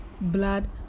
blood